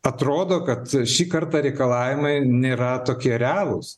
atrodo kad šį kartą reikalavimai nėra tokie realūs